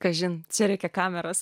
kažin čia reikia kameros